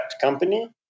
company